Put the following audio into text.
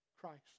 Christ